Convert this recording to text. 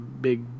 big